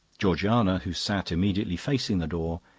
georgiana, who sat immediately facing the door,